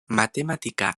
matematika